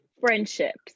friendships